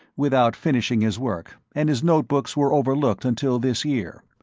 without finishing his work, and his notebooks were overlooked until this year.